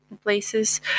Places